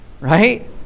Right